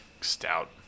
stout